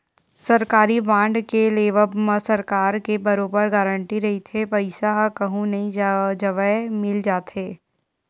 सरकारी बांड के लेवब म सरकार के बरोबर गांरटी रहिथे पईसा ह कहूँ नई जवय मिल जाथे